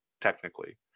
technically